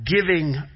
giving